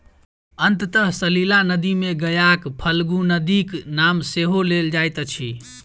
अंतः सलिला नदी मे गयाक फल्गु नदीक नाम सेहो लेल जाइत अछि